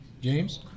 james